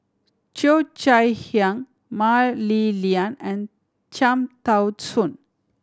Cheo Chai Hiang Mah Li Lian and Cham Tao Soon